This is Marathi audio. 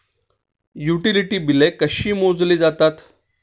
युटिलिटी बिले कशी मोजली जातात?